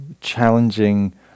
challenging